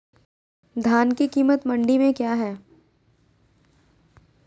धान के कीमत मंडी में क्या है?